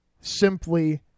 Simply